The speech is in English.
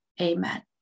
Amen